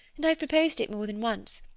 and i've proposed it more than once,